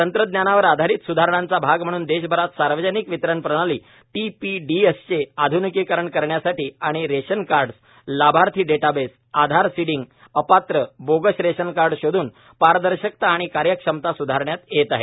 तंत्रज्ञानावर आधारित स्धारणांचा भाग म्हणून देशभरात सार्वजनिक वितरण प्रणाली टीपीडीएस चे आध्निकीकरण करण्यासाठी आणि रेशन काईस लाभार्थी डेटाबेस आधार सीडिंग अपात्र बोगस रेशन कार्डे शोधून पारदर्शकता आणि कार्यक्षमता स्धारण्यात येत आहे